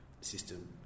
system